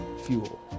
fuel